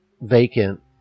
vacant